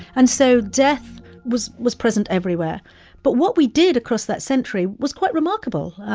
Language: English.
and so death was was present everywhere but what we did across that century was quite remarkable.